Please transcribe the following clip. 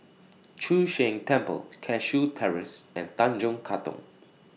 Chu Sheng Temple Cashew Terrace and Tanjong Katong